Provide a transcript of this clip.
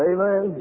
Amen